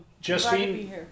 Justine